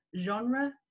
genre